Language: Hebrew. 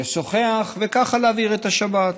לשוחח, וככה להעביר את השבת.